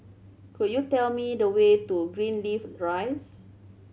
could you tell me the way to Greenleaf Rise